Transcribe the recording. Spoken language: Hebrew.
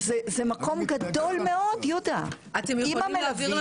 זה מקום גדול מאוד ויש לך גם את המלווים.